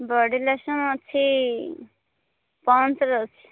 ବଡ଼ି lotion ଅଛି ପଣ୍ଡ୍ସର ଅଛି